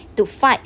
to fight